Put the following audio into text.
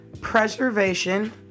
preservation